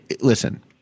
listen